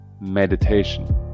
meditation